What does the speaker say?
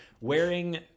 wearing